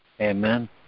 Amen